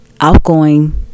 outgoing